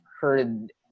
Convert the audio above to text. heard